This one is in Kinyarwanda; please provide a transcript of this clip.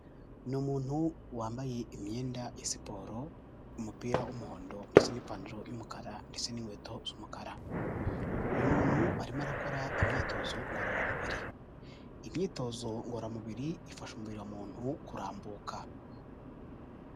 Ni umuntu wambaye imyenda ya siporo, umupira w'umuhondo ndetse n'ipantaro y'umukara ndetse n'inkweto z'umukara, uyu muntu arimo arakora imyitozo ngororamubiri, imyitozo ngororamubiri ifasha umubiri wa muntu kurambuka.